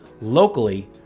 locally